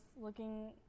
looking